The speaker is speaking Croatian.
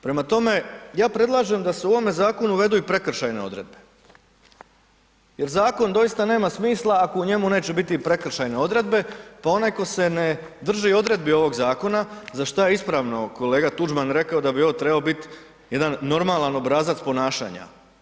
Prema tome, ja predlažem da se u ovome zakonu uvedu i prekršajne odredbe jer zakon doista nema smisla ako u njemu neće biti i prekršajne odredbe pa onaj tko se ne drži odredbi ovog zakona za šta je ispravno kolega Tuđman rekao da bi ovo trebao biti jedan normalan obrazac ponašanja.